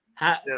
Yes